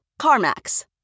CarMax